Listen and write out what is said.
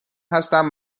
هستم